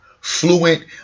fluent